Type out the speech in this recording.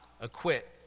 acquit